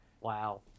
Wow